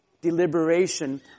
deliberation